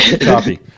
Copy